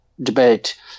debate